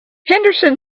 henderson